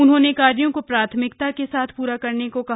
उन्होंने कार्यो को प्राथमिकता के साथ पूरा करने को कहा